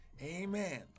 Amen